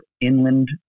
inland